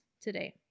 today